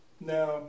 Now